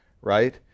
right